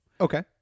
Okay